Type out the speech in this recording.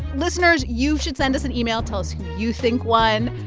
listeners, you should send us an email. tell us who you think won.